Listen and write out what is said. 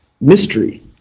mystery